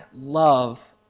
love